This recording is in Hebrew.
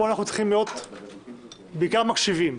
פה אנחנו צריכים להיות בעיקר מקשיבים,